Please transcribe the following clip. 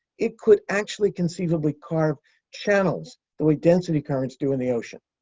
it could actually conceivably carve channels the way density currents do in the ocean.